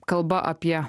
kalba apie